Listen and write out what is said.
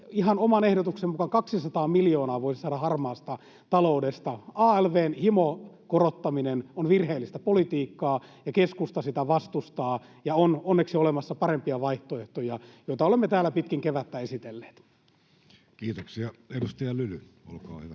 ihan oman ehdotuksen mukaan 200 miljoonaa voisi saada harmaasta taloudesta. Alv:n himokorottaminen on virheellistä politiikkaa, ja keskusta sitä vastustaa, ja on onneksi olemassa parempia vaihtoehtoja, joita olemme täällä pitkin kevättä esitelleet. [Speech 104] Speaker: